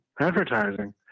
advertising